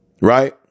Right